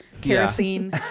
kerosene